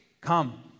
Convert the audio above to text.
Come